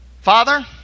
Father